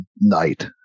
night